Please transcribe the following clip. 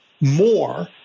more